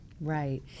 Right